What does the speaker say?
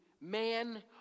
man